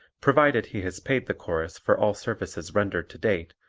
provided he has paid the chorus for all services rendered to date,